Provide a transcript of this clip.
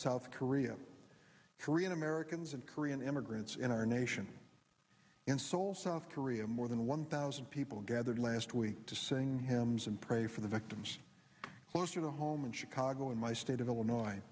south korea korean americans and korean immigrants in our nation in seoul south korea more than one thousand people gathered last week to sing hymns and pray for the victims closer to home in chicago in my state of illinois